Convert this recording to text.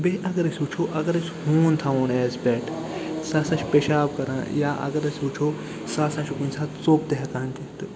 بیٚیہِ اگر أسۍ وٕچھُو اگر أسۍ ہوٗن تھاوون ایز پٮ۪ٹ سُہ ہسا چھِ پیشاب کَران یا اگر أسۍ وٕچھو سُہ ہسا چھِ کُنہِ ساتہٕ ژوٚپ تہِ ہٮ۪کان دِتھ تہٕ